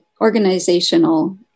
organizational